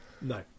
No